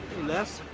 les.